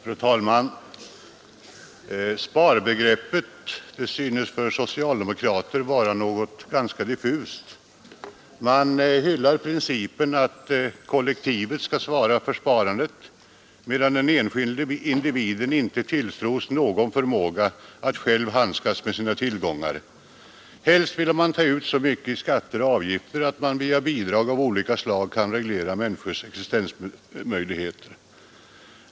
Fru talman! Sparbegreppet synes för socialdemokrater vara något ganska diffust. Man gillar principen att kollektivet skall svara för sparandet, medan den enskilde individen inte tilltros någon förmåga att själv handskas med sina tillgångar. Helst vill man ta ut så mycket i skatter och avgifter att man via bidrag av olika slag kan reglera människornas existensmöjligheter.